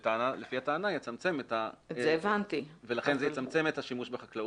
לפי הטענה זה יצמצם את השימוש בחקלאות.